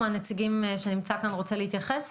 שלום,